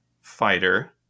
fighter